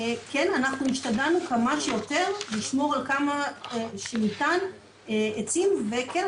כן אנחנו השתדלנו כמה שיותר לשמור על כמה שניתן עצים וכן,